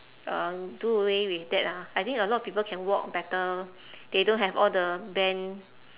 uh do away with that ah I think a lot people can walk better they don't have all the bent